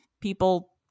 people